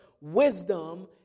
wisdom